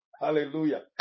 Hallelujah